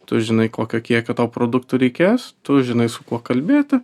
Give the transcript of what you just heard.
tu žinai kokio kiekio tau produktų reikės tu žinai su kuo kalbėti